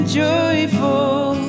joyful